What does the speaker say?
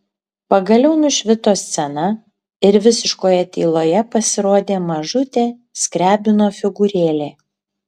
pagaliau nušvito scena ir visiškoje tyloje pasirodė mažutė skriabino figūrėlė